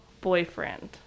Boyfriend